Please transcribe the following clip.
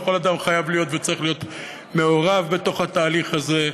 וכל אדם חייב להיות וצריך להיות מעורב בתוך התהליך הזה.